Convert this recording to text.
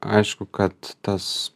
aišku kad tas